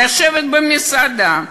לשבת במסעדה,